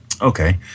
Okay